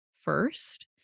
first